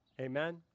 Amen